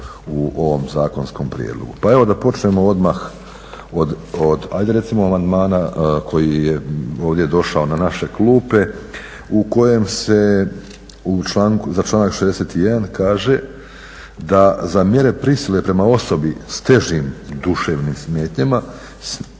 u ovom zakonskom prijedlogu. Pa evo da počnemo odmah od hajde recimo amandmana koji je ovdje došao na naše klupe u kojem se za članak 61. kaže da za mjere prisile prema osobi s težim duševnim smetnjama